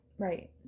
Right